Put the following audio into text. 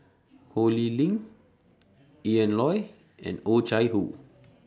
Ho Lee Ling Ian Loy and Oh Chai Hoo